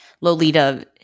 Lolita